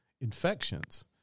infections